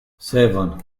seven